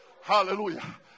Hallelujah